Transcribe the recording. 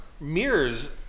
mirrors